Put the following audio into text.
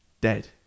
dead